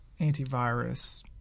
antivirus